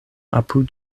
apud